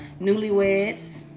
newlyweds